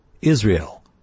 Israel